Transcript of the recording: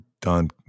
Don